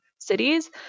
cities